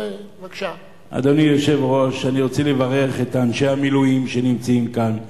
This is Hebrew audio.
אני רוצה לברך את אנשי המילואים שנמצאים כאן.